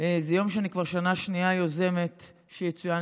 זה יום שאני כבר שנה שנייה יוזמת שיצוין